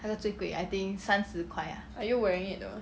are you wearing it though